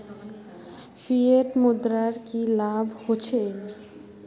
Fiat मुद्रार की लाभ होचे?